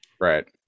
Right